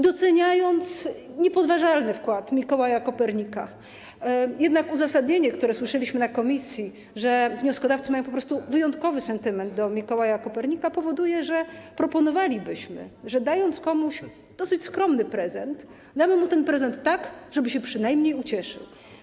Doceniamy niepodważalny wkład Mikołaja Kopernika, jednak uzasadnienie, które słyszeliśmy w komisji - że wnioskodawcy mają po prostu wyjątkowy sentyment do Mikołaja Kopernika - powoduje, że proponowalibyśmy, żeby dając komuś dosyć skromny prezent, dać mu ten prezent tak, żeby się przynajmniej ucieszył.